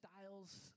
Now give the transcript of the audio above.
styles